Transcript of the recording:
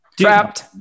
Trapped